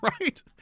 right